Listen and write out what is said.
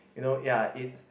you know ya it's